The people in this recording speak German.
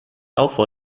aufbau